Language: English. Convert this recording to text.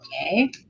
Okay